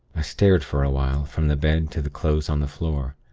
i stared for a while, from the bed, to the clothes on the floor.